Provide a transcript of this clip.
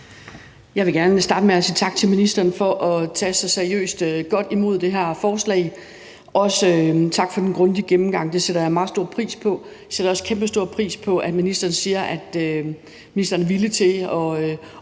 Jeg vil gerne starte med sige tak til ministeren for at tage så seriøst godt imod det her forslag. Jeg vil også sige tak for den grundige gennemgang – det sætter jeg meget stor pris på. Jeg sætter også kæmpestor pris på, at ministeren siger, at ministeren er villig til at